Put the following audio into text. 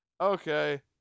okay